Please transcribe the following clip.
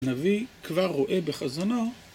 הנביא כבר רואה בחזונו